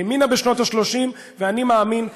היא האמינה בשנות ה-30, ואני מאמין עכשיו,